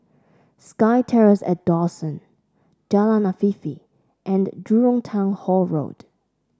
SkyTerrace at Dawson Jalan Afifi and Jurong Town Hall Road